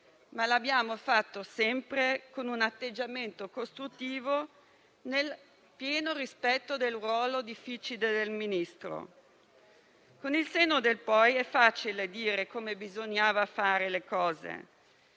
Ma l'abbiamo fatto sempre con un atteggiamento costruttivo, nel pieno rispetto del difficile ruolo del Ministro. Con il senno del poi è facile dire come bisognava fare le cose.